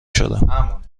شدم